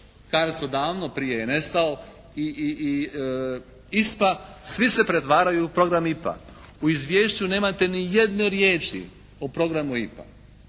odavno prije je nestao i ISPA svi se pretvaraju u program IPA. U izvješću nemate ni jedne riječi o programu IPA.